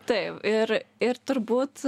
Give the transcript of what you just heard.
taip ir ir turbūt